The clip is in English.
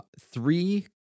three